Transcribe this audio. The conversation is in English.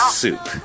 soup